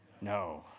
no